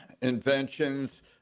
inventions